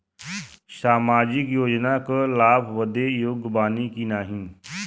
सामाजिक योजना क लाभ बदे योग्य बानी की नाही?